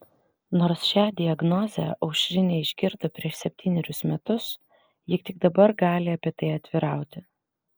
nors šią diagnozę aušrinė išgirdo prieš septynerius metus ji tik dabar gali apie tai atvirauti